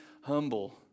humble